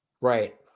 Right